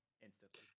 instantly